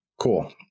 Cool